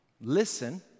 listen